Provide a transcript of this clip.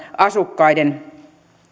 asukkaiden